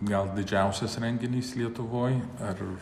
gal didžiausias renginys lietuvoj ar